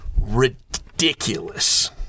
ridiculous